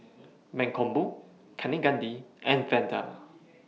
Mankombu Kaneganti and Vandana